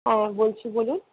হ্যাঁ বলছি বলুন